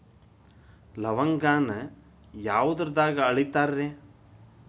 ಲವಂಗಾನ ಯಾವುದ್ರಾಗ ಅಳಿತಾರ್ ರೇ?